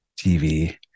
TV